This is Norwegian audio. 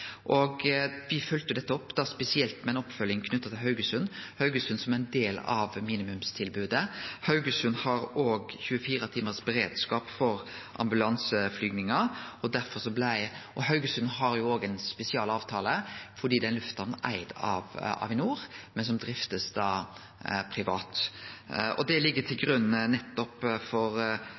dette opp, spesielt med ei oppfølging knytt til Haugesund, som er ein del av minimumstilbodet. Haugesund har òg ein 24 timars beredskap for ambulanseflygingar. Haugesund har òg ei spesialavtale fordi den lufthamna er eigd av Avinor, men blir drifta privat. Det ligg til grunn for den tildelinga me har gjort til Haugesund, og det viser jo nettopp